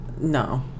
No